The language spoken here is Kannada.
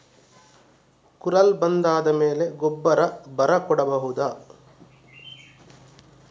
ಕುರಲ್ ಬಂದಾದ ಮೇಲೆ ಗೊಬ್ಬರ ಬರ ಕೊಡಬಹುದ?